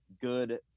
good